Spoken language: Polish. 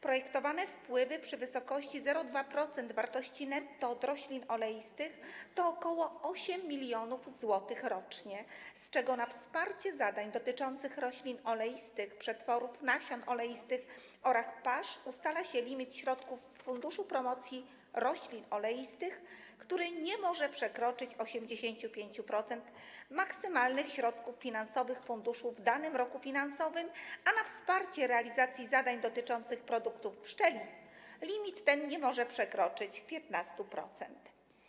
Projektowane wpływy przy wysokości 0,2% wartości netto od roślin oleistych to ok. 8 mln zł rocznie, z czego na wsparcie zadań dotyczących roślin oleistych, przetworów nasion oleistych oraz pasz ustala się limit środków Funduszu Promocji Roślin Oleistych, który nie może przekroczyć 85% maksymalnych środków finansowych funduszu w danym roku finansowym, a na wsparcie realizacji zadań dotyczących produktów pszczelich limit ten nie może przekroczyć 15%.